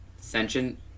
sentient